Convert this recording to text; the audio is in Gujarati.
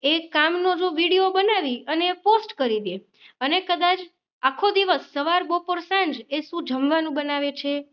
એ કામનો જો વિડીયો બનાવી અને પોસ્ટ કરી દે અને કદાચ આખો દિવસ સવાર બપોર સાંજ એ શું જમવાનું બનાવે છે